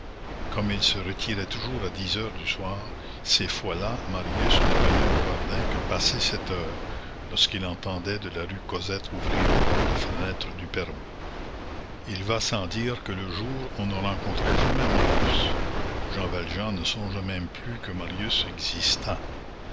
comme il se retirait toujours à dix heures du soir ces fois-là marius ne venait au jardin que passé cette heure lorsqu'il entendait de la rue cosette ouvrir la porte-fenêtre du perron il va sans dire que le jour on ne rencontrait jamais marius jean valjean ne songeait même plus que marius existât